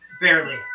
Barely